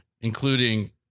including